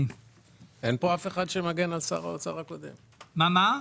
יש לי ויכוח עם שר האוצר לגבי הנושא